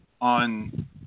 On